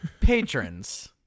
patrons